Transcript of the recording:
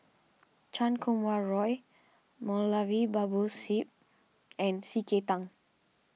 Chan Kum Wah Roy Moulavi Babu Sahib and C K Tang